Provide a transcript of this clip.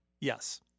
Yes